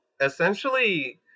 essentially